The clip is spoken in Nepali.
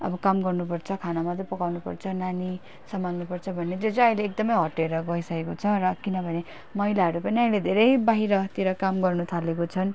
अब काम गर्नु पर्छ खाना मात्रै पकाउनु पर्छ नानी सम्हाल्नु पर्छ भन्ने त्यो चाहिँ अहिले एकदमै हटेर गइसकेको छ र किनभने महिलाहरू पनि अहिले धेरै बाहिरतिर काम गर्नु थालेको छन्